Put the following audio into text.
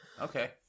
okay